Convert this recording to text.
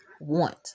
want